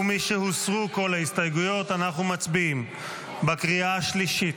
משהוסרו כל ההסתייגויות אנחנו מצביעים בקריאה השלישית.